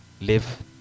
live